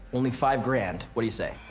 only five grand. what do you say?